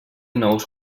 nous